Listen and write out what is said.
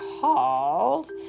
called